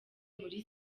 muri